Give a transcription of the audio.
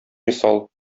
мисал